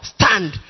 stand